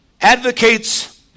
advocates